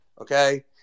okay